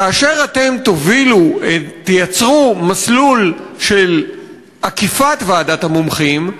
כאשר אתם תייצרו מסלול של עקיפת ועדת המומחים,